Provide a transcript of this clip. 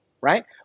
right